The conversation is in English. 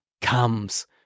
comes